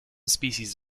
species